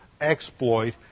exploit